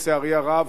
לצערי הרב,